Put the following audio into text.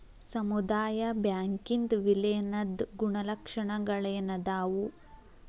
ಸಮುದಾಯ ಬ್ಯಾಂಕಿಂದ್ ವಿಲೇನದ್ ಗುಣಲಕ್ಷಣಗಳೇನದಾವು?